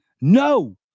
No